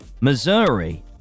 missouri